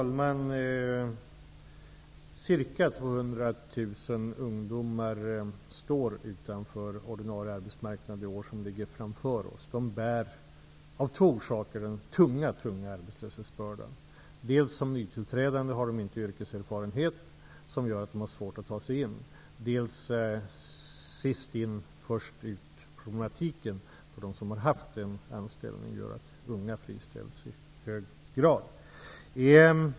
Herr talman! Ca 200 000 ungdomar står utanför ordinarie arbetsmarknad under det år som ligger framför oss. De bär av två orsaker den riktigt tunga arbetslöshetsbördan: dels har de som nytillträdande inte yrkeserfarenhet, vilket gör det svårt för dem att ta sig in, dels gör sist-in--först-utproblematiken att de unga som har en anställning tillhör dem som i hög grad drabbas av friställning.